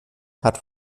hat